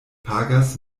pagas